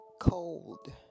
cold